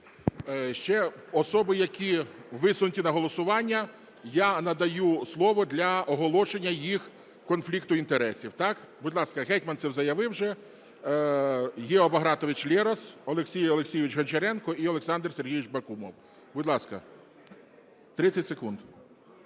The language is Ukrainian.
Ще особи, які висунуті на голосування, я надаю слово для оголошення їх конфлікту інтересів. Так? Будь ласка, Гетманцев заявив вже. Гео Багратович Лерос, Олексій Олексійович Гончаренко і Олександр Сергій Бакумов, 30 секунд.